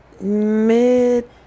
mid